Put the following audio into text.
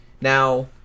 now